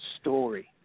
story